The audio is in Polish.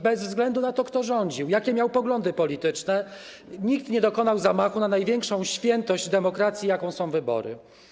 Bez względu na to, kto rządził, jakie miał poglądy polityczne, nikt nie dokonał zamachu na największą świętość demokracji, jaką są wybory.